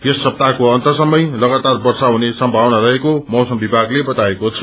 यस सप्ताहको अन्तसम्मै लगातार वर्षा हुने सम्भावना रहेको मैसम विभागले बताएको छ